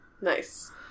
Nice